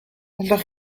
allwch